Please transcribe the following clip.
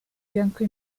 bianco